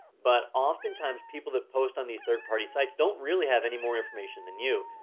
but oftentimes, people that post on these third party sites don't really have any more information than you.